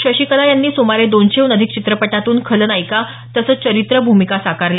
शशिकला यांनी सुमारे दोनशेहून अधिक चित्रपटांतून खलनायिका तसंच चरित्र भूमिका साकारल्या